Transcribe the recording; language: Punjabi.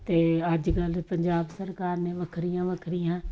ਅਤੇ ਅੱਜ ਕੱਲ੍ਹ ਪੰਜਾਬ ਸਰਕਾਰ ਨੇ ਵੱਖਰੀਆਂ ਵੱਖਰੀਆਂ